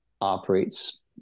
operates